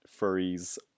furries